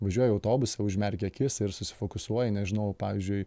važiuoji autobusu užmerki akis ir susifokusuoji nežinau pavyzdžiui